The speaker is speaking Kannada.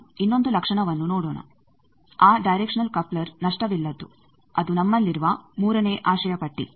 ನಾವು ಇನ್ನೊಂದು ಲಕ್ಷಣವನ್ನು ನೋಡೋಣ ಆ ಡೈರೆಕ್ಷನಲ್ ಕಪ್ಲರ್ ನಷ್ಟವಿಲ್ಲದ್ದು ಅದು ನಮ್ಮಲ್ಲಿರುವ 3ನೇ ಆಶಯ ಪಟ್ಟಿ